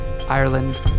Ireland